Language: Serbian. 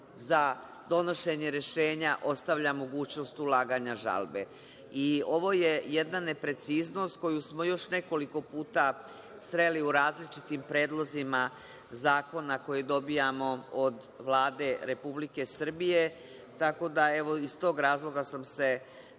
za donošenje rešenja ostavlja mogućnost ulaganja žalbe. Ovo je jedna nepreciznost koju smo još nekoliko puta sreli u različitim predlozima zakona koji dobijamo od Vlade Republike Srbije, tako da iz tog razloga sam se